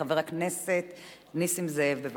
חבר הכנסת נסים זאב, בבקשה.